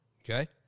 Okay